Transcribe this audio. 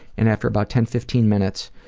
and after about ten fifteen minutes,